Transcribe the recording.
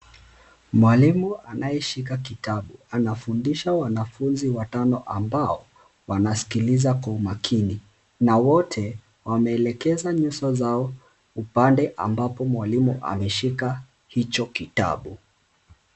Mwalimu anayeshika kitabu anafundisha wanafunzi watano ambao wanasikiliza kwa umakini na wote wameelekeza nyuso zao upande ambapo mwalimu ameshika hicho kitabu.